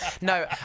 No